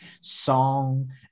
song